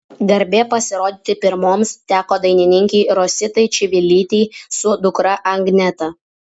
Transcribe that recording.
garbė pasirodyti pirmoms teko dainininkei rositai čivilytei su dukra agneta